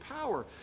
power